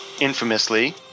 infamously